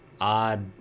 odd